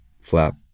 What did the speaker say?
flap